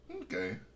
Okay